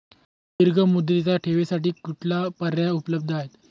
दीर्घ मुदतीच्या ठेवींसाठी कुठले पर्याय उपलब्ध आहेत?